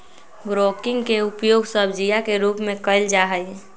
broccoli के उपयोग सब्जीया के रूप में कइल जाहई